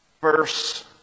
verse